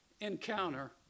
encounter